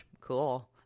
Cool